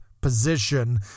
position